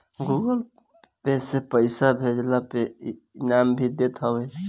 Google Pay से पईसा भेजला पे इ इनाम भी देत हवे